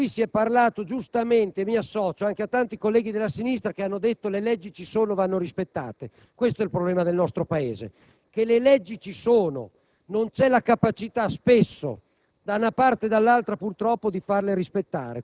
poi il problema della criminalità, di cui qui si è parlato giustamente, e mi associo anche a tanti colleghi della sinistra che hanno detto che le leggi ci sono e vanno rispettate. Questo è il problema del nostro Paese: le leggi ci sono, ma spesso non c'è la capacità,